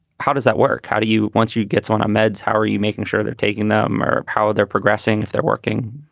how does that work? how do you once you gets on meds, how are you making sure they're taking them or how they're progressing if they're working?